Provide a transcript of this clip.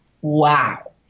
Wow